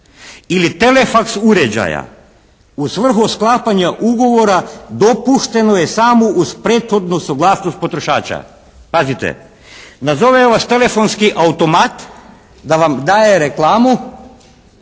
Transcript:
ili telefax uređaja u svrhu sklapanja ugovora dopušteno je samo uz prethodnu suglasnost potrošača. Pazite! Nazove vas telefonski automat da vam daje reklamu